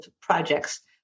projects